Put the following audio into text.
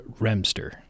remster